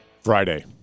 friday